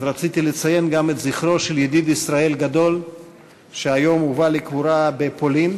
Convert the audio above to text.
לציין גם את זכרו של ידיד ישראל גדול שהובא היום לקבורה בפולין,